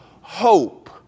hope